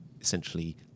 essentially